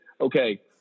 okay